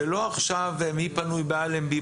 זה לא עכשיו 'מי פנוי באלנבי',